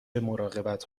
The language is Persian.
مراقبت